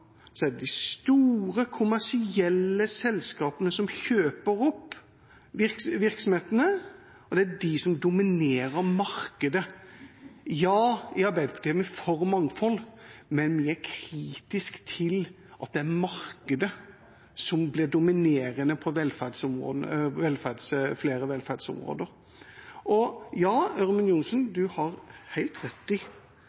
er det de store kommersielle selskapene som kjøper opp virksomhetene, og det er de som dominerer markedet. I Arbeiderpartiet er vi for mangfold, men vi er kritiske til at det er markedet som blir dominerende på flere velferdsområder. Representanten Ørmen Johnsen